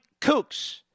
kooks